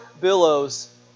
billows